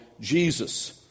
Jesus